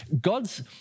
God's